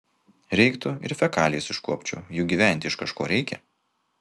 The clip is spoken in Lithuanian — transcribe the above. reiktų ir fekalijas iškuopčiau juk gyventi iš kažko reikia